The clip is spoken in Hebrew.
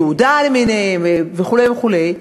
תעודה למיניהן וכו' וכו',